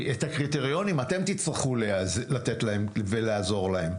את הקריטריונים אתם תצטרכו לתת להם ולעזור להם.